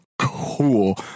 cool